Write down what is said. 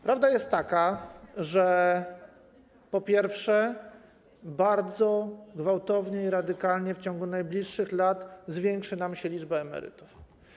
Prawda jest taka, że, po pierwsze, bardzo gwałtownie i radykalnie w ciągu najbliższych lat zwiększy nam się liczba emerytów.